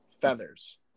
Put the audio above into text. feathers